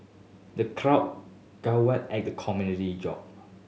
the crowd guffawed at the comedian joke